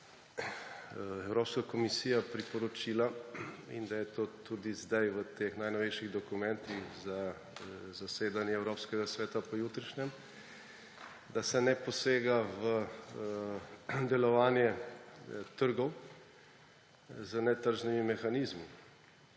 Evropska komisija priporočila in da je to tudi zdaj v teh najnovejših dokumentih za zasedanje Evropskega sveta pojutrišnjem, da se ne posega v delovanje trgov z netržnimi mehanizmi.